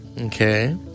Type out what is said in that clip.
Okay